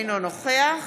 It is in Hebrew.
אינו נוכח